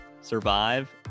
Survive